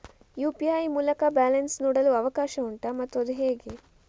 UPI ಮೂಲಕ balance ನೋಡಲು ಅವಕಾಶ ಉಂಟಾ ಮತ್ತು ಅದು ಹೇಗೆ?